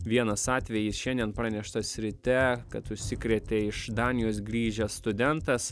vienas atvejis šiandien praneštas ryte kad užsikrėtė iš danijos grįžęs studentas